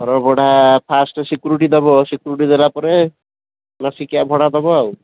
ଘର ଭଡ଼ା first security ଦେବ ସିକ୍ୟୁରିଟି ଦେଲା ପରେ ମାସିକିଆ ଭଡ଼ା ଦେବ ଆଉ